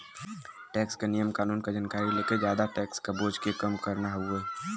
tax क नियम कानून क जानकारी लेके जादा टैक्स क बोझ के कम करना हउवे